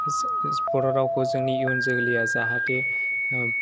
बर' रावखौ जोंनि इयुन जोलैआ जाहाथे